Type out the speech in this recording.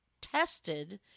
tested